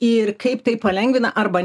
ir kaip tai palengvina arba